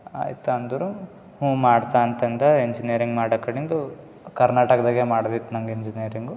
ಐತ ಅಂದರು ಹ್ಞೂ ಮಾಡ್ತೆ ಅಂತಂದೆ ಇಂಜಿನಿಯರಿಂಗ್ ಮಾಡೊ ಕಡಿಂದು ಕರ್ನಾಟಕದಾಗೇ ಮಾಡ್ದಿತ್ತು ನಂಗೆ ಇಂಜಿನಿಯರಿಂಗು